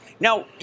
Now